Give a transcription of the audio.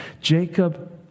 Jacob